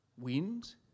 wind